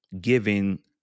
giving